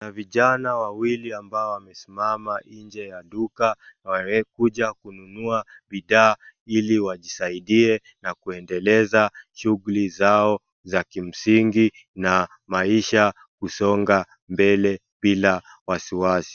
Kuna vijana wawili abao wamesimama nje ya duka wamekuja kununua bidhaa ili wajisaidie na kuendeleza shughuli zao za kimsingi na maisha kusonga mbele bila wasiwasi.